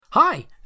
Hi